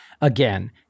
again